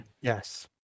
yes